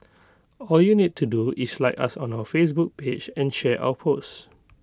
all you need to do is like us on our Facebook page and share our post